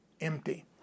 empty